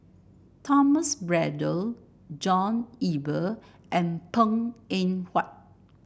Thomas Braddell John Eber and Png Eng Huat